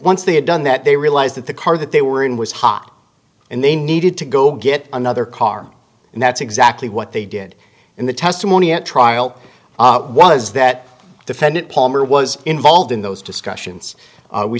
once they had done that they realized that the car that they were in was hot and they needed to go get another car and that's exactly what they did in the testimony at trial was that defendant palmer was involved in those discussions